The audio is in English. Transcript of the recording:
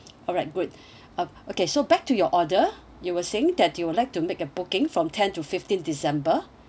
alright good uh okay so back to your order you were saying that you would like to make a booking from ten to fifteen december